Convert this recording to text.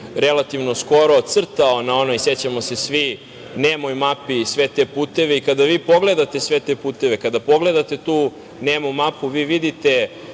relativno skoro crtao na onoj, sećamo se svi, nemo-mapi sve te puteve. Kada pogledate sve te puteve, kada pogledate tu nemo-mapu, vi vidite